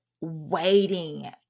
waiting